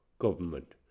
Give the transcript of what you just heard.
government